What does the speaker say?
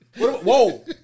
Whoa